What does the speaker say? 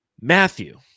Matthew